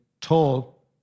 tall